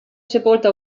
sepolto